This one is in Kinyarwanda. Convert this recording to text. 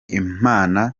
imana